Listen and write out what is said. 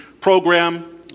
program